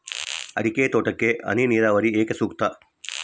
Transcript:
ಅಡಿಕೆ ತೋಟಕ್ಕೆ ಹನಿ ನೇರಾವರಿಯೇ ಏಕೆ ಸೂಕ್ತ?